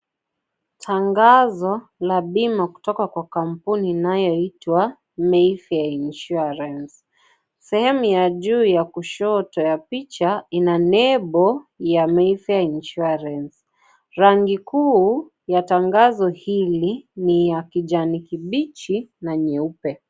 Tangazo la bima kutoka kwa kampuni inayoitwa Mayfair Insurance sehemu ya juu ya kushoto ya picha Ina nembo ya Mayfair Insurance rangi kuu ya tangazo hili ni ya kijani kibichi na nyeupe.